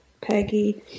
Peggy